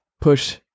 push